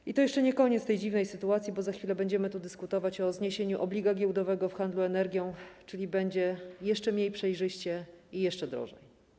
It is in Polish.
I to jeszcze nie koniec tej dziwnej sytuacji, bo za chwilę będziemy dyskutować o zniesieniu obliga giełdowego w handlu energią, czyli będzie jeszcze mniej przejrzyście i jeszcze drożej.